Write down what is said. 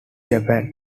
japan